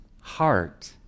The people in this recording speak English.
heart